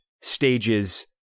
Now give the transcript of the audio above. stages